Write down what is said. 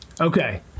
Okay